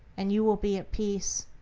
and you will be at peace.